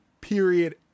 Period